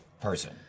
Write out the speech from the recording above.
person